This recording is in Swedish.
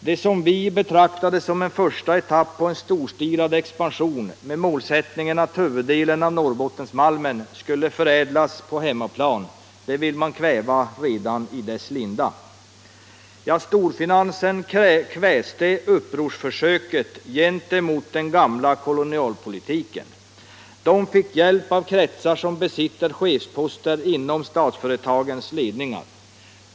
Det som vi betraktade som en första etapp i en storstilad expansion med målsättningen att huvuddelen av Norrbottensmalmen skulle förädlas på hemmaplan vill man kväva redan i dess linda. Storfinansen kväste upprorsförsöket gentemot den gamla kolonialpolitiken. Den fick hjälp av kretsar som besitter chefsposter inom statsföretagens ledningar.